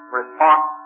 response